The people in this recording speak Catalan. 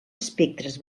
espectres